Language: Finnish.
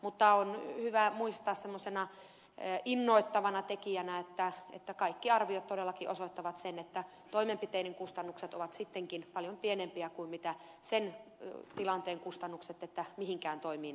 mutta on hyvä muistaa semmoisena innoittavana tekijänä että kaikki arviot todellakin osoittavat sen että toimenpiteiden kustannukset ovat sittenkin paljon pienempiä kuin sen tilanteen kustannukset että mihinkään toimiin ei ryhdytä